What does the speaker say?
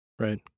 Right